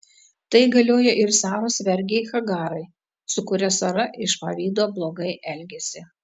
tai galioja ir saros vergei hagarai su kuria sara iš pavydo blogai elgėsi